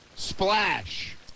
Splash